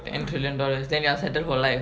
ten trillion dollars then you're settle for life